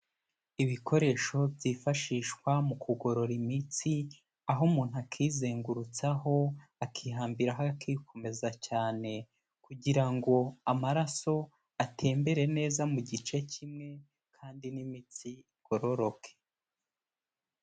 Ibikoresho byifashishwa mu kugorora imitsi aho umuntu akizengurutsaho akihambiraho akikomeza cyane, kugira ngo amaraso atembere neza mu gice kimwe kandi n'imitsi igororoke.